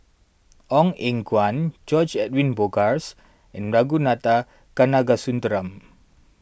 Ong Eng Guan George Edwin Bogaars and Ragunathar Kanagasuntheram